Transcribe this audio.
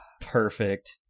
perfect